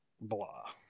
Blah